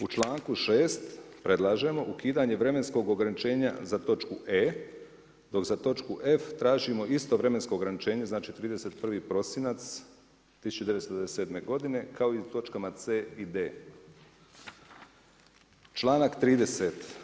U članku 6. predlažemo ukidanje vremenskog ograničenja za točku e dok za točku f tražimo isto vremensko ograničenje, znači 31. prosinac 1997. godine kao i u točkama c i d. Članak 30.